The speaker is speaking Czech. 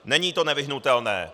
Není to nevyhnutelné.